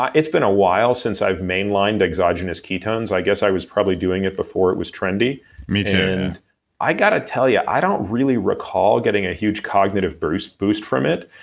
it's been a while since i've mainlined exogenous ketones. i guess i was probably doing it before it was trendy me too and i gotta tell you, i don't really recall getting a huge cognitive boost boost from it.